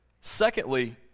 Secondly